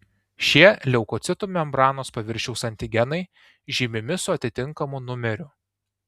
šie leukocitų membranos paviršiaus antigenai žymimi su atitinkamu numeriu